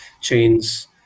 chains